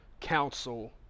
council